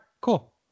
cool